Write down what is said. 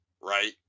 right